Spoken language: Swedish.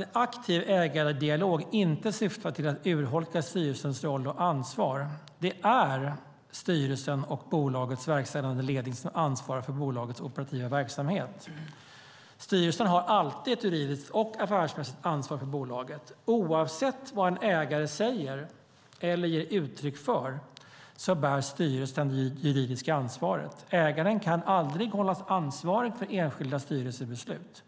en aktiv ägardialog inte syftar till att urholka styrelsens roll och ansvar. Det är styrelsen och bolagets verkställande ledning som ansvarar för bolagets operativa verksamhet. Styrelsen har alltid ett juridiskt och affärsmässigt ansvar för bolaget. Oavsett vad en ägare säger eller ger uttryck för bär styrelsen det juridiska ansvaret. Ägaren kan aldrig ha något ansvar för enskilda styrelsebeslut.